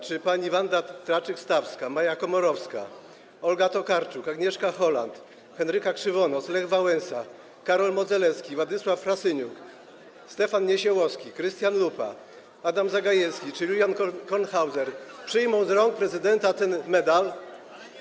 Czy Wanda Traczyk-Stawska, Maja Komorowska, Olga Tokarczuk, Agnieszka Holland, Henryka Krzywonos, Lech Wałęsa, Karol Modzelewski, Władysław Frasyniuk, Stefan Niesiołowski, Krystian Lupa, Adam Zagajewski czy Julian Kornhauser przyjmą z rąk prezydenta ten medal?